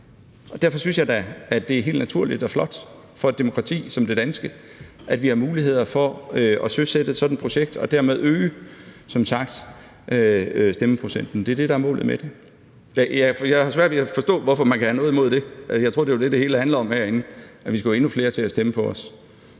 derfor synes jeg da, det er helt naturligt og flot for et demokrati som det danske, at vi har mulighed for at søsætte sådan et projekt og dermed som sagt øge stemmeprocenten. Det er det, der er målet med det. Og jeg har svært ved at forstå, hvorfor man kan have noget imod det, for jeg troede, at det var det, det hele handlede om herinde, altså at vi skulle have endnu flere til at stemme på os.